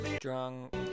drunk